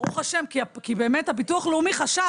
ברוך השם, כי באמת הביטוח לאומי חשב